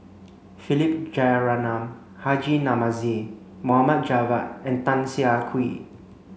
Philip Jeyaretnam Haji Namazie Mohd Javad and Tan Siah Kwee